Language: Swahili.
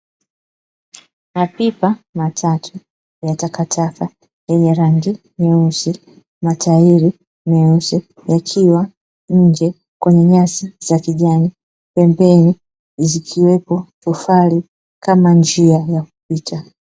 Mapipa matatu ya takataka yenye rangi nyeusi, matairi meusi yakiwa nje kwenye nyasi za kijani, pembeni zikiwepo tofali kama njia ya kupita.